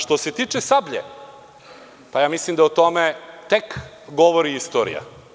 Što se tiče „Sablje“, pa ja mislim da o tome tek govori istorija.